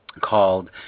called